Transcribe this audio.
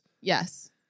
Yes